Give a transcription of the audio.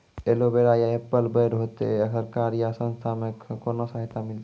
Aloe vera या apple बैर होते? सरकार या संस्था से कोनो सहायता मिलते?